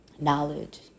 knowledge